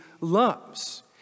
loves